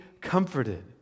comforted